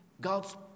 God's